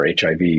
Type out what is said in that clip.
HIV